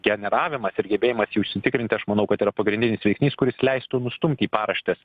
generavimas ir gebėjimas jį užsitikrinti aš manau kad yra pagrindinis veiksnys kuris leistų nustumti į paraštes